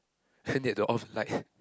then they have to off light